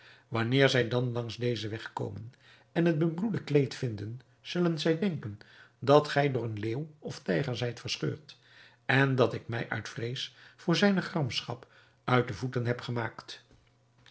wanneer zij dan langs dezen weg komen en het bebloede kleed vinden zullen zij denken dat gij door een leeuw of tijger zijt verscheurd en dat ik mij uit vrees voor zijne gramschap uit de voeten heb gemaakt